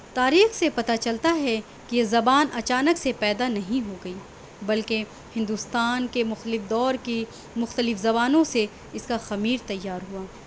تاریخ سے پتا چلتا ہے کہ یہ زبان اچانک سے پیدا نہیں ہو گئی بلکہ ہندوستان کے مختلف دور کی مختلف زبانوں سے اس کا خمیر تیار ہوا